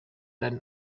than